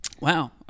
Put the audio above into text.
Wow